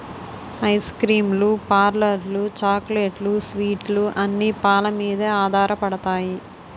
ice cream లు పార్లర్లు చాక్లెట్లు స్వీట్లు అన్ని పాలమీదే ఆధారపడతాయి